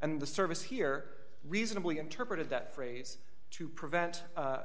and the service here reasonably interpreted that phrase to prevent